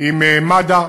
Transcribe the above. עם מד"א,